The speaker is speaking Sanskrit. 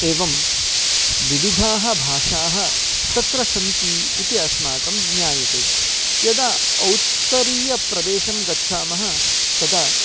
एवं विविधाः भाषाः तत्र सन्ति इति अस्माकं ज्ञायते यदा औत्तरीयं प्रदेशं गच्छामः तदा